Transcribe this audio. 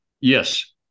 Yes